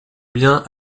biens